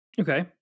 Okay